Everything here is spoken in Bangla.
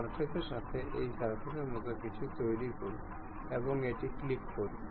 সুতরাং এটি ছিল ট্যান্জেন্ট মেট যা আমরা আলোচনা করেছি